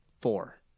four